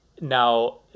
Now